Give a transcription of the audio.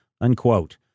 unquote